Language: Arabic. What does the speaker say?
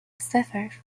صفر